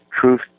truth